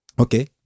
Okay